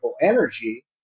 energy